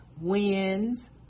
wins